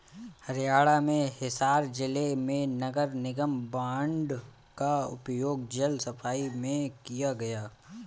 हरियाणा में हिसार जिले में नगर निगम बॉन्ड का उपयोग जल सफाई में किया गया